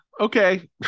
okay